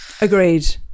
Agreed